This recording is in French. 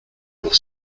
pour